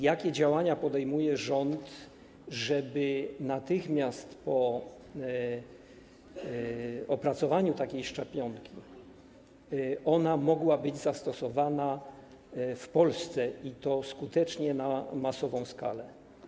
Jakie działania podejmuje rząd, żeby natychmiast po opracowaniu takiej szczepionki mogła być ona zastosowana w Polsce, i to skutecznie i na masową skalę?